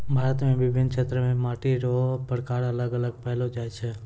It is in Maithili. भारत मे विभिन्न क्षेत्र मे मट्टी रो प्रकार अलग अलग पैलो जाय छै